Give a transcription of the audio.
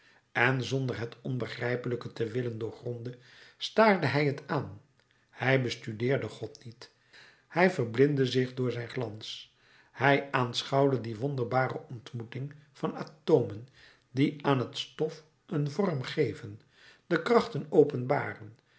en zonder het onbegrijpelijke te willen doorgronden staarde hij het aan hij bestudeerde god niet hij verblindde zich door zijn glans hij aanschouwde die wonderbare ontmoeting van atomen die aan het stof een vorm geven de krachten openbaren